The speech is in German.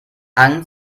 angst